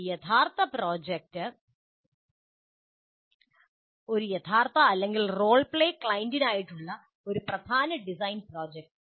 ഒരു യഥാർത്ഥ അല്ലെങ്കിൽ റോൾ പ്ലേ ക്ലയന്റിനായുള്ള ഒരു പ്രധാന ഡിസൈൻ പ്രോജക്റ്റ്